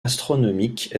astronomiques